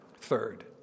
Third